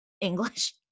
English